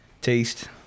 Taste